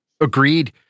Agreed